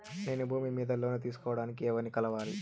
నేను భూమి మీద లోను తీసుకోడానికి ఎవర్ని కలవాలి?